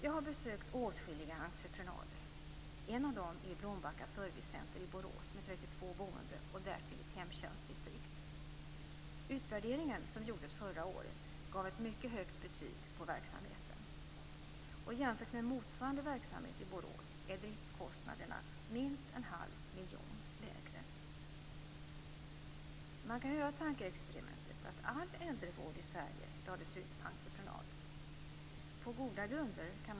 Jag har besökt åtskilliga entreprenader. Utvärderingen som gjordes förra året gav ett mycket högt betyg på verksamheten. Jämfört med motsvarande verksamhet i Borås är driftskostnaderna minst en halv miljon lägre. Man kan göra tankeexperimentet att all äldrevård i Sverige lades ut på entreprenad.